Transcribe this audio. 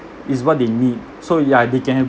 it's what they need so yeah they can